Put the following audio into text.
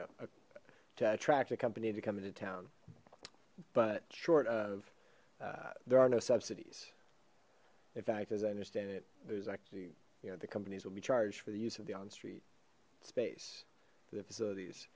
know to attract a company to come into town but short of there are no subsidies in fact as i understand it there's actually you know the companies will be charged for the use of the on street space the facilities